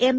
M